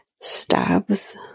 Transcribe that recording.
stabs